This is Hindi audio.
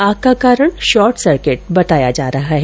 आग का कारण शोर्ट सर्किट बताया जा रहा है